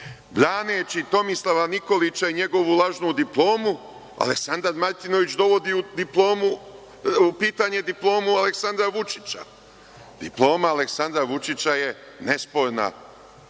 Braneći Tomislava Nikolića i njegovu lažnu diplomu, Aleksandar Martinović dovodi u pitanje diplomu Aleksandra Vučića. Diploma Aleksandra Vučića je nesporna,